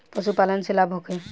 पशु पालन से लाभ होखे?